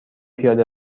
پیاده